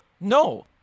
No